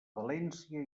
valència